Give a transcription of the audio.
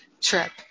trip